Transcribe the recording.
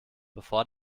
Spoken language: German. bevor